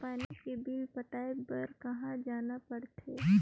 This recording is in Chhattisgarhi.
पानी के बिल पटाय बार कहा जाना पड़थे?